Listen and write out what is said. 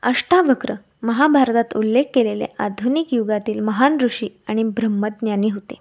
अष्टावक्र महाभारतात उल्लेख केलेले आधुनिक युगातील महान ऋषी आणि ब्रह्मज्ञानी होते